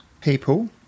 people